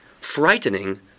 frightening